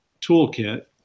toolkit